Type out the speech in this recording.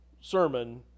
sermon